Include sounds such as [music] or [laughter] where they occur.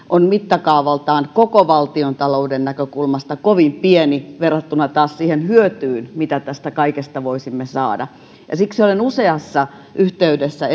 [unintelligible] on mittakaavaltaan koko valtiontalouden näkökulmasta kovin pieni verrattuna taas siihen hyötyyn mitä tästä kaikesta voisimme saada siksi olen useassa yhteydessä [unintelligible]